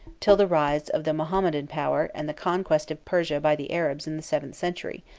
till the rise of the mahometan power and the conquest of persia by the arabs in the seventh century,